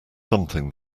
something